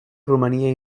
romania